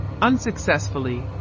unsuccessfully